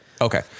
Okay